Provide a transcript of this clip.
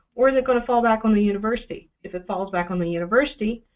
or is it going to fall back on the university? if it falls back on the university,